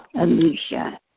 Alicia